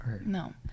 No